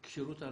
כשירות הרכב,